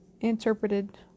interpreted